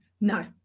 No